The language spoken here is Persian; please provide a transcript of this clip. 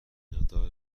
مقدار